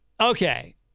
Okay